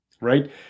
right